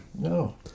No